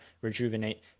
rejuvenate